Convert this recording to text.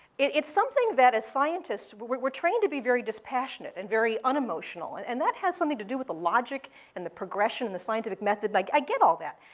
it's something that as scientists, we're trained to be very dispassionate and very unemotional, and and that has something to do with the logic and the progression and the scientific method. like i get all that.